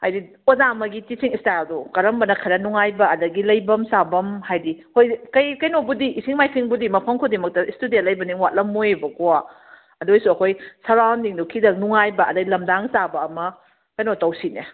ꯍꯥꯏꯗꯤ ꯑꯣꯖꯥ ꯑꯃꯒꯤ ꯇꯤꯆꯤꯡ ꯏꯁꯇꯥꯏꯜꯗꯣ ꯀꯔꯝꯕꯅ ꯈꯔ ꯅꯨꯡꯉꯥꯏꯕ ꯑꯗꯒꯤ ꯂꯩꯐꯝ ꯆꯥꯐꯝ ꯍꯥꯏꯗꯤ ꯍꯣꯏ ꯀꯩꯅꯣꯕꯨꯗꯤ ꯏꯁꯤꯡ ꯃꯥꯏꯁꯤꯡꯕꯨꯗꯤ ꯃꯐꯝ ꯈꯨꯗꯤꯡꯃꯛꯇ ꯏꯁꯇꯨꯗꯦꯟ ꯂꯩꯕꯅꯤꯅ ꯌꯥꯠꯂꯝꯃꯣꯏꯑꯕꯀꯣ ꯑꯗꯨꯑꯣꯏꯁꯨ ꯑꯩꯈꯣꯏ ꯁꯔꯥꯎꯟꯗꯤꯡꯗꯨ ꯈꯤꯇꯪ ꯅꯨꯡꯉꯥꯏꯕ ꯑꯗꯩ ꯂꯝꯗꯥꯡ ꯆꯥꯕ ꯑꯃ ꯀꯩꯅꯣ ꯇꯧꯁꯤꯅꯦ